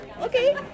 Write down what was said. Okay